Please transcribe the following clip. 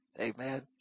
Amen